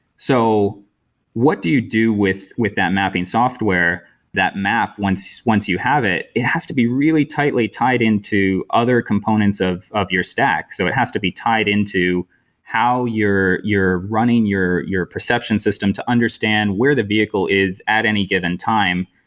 so what do you do with with that mapping software that map once once you have it? it has to be really tightly tied into other components of of your stack. so it has to be tied into how you're running your you're running your your perception system to understand where the vehicle is at any given time.